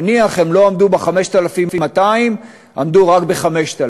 נניח שהם לא עמדו ב-5,200, עמדו רק ב-5,000,